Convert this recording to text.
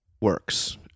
works